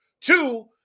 Two